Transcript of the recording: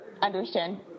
understand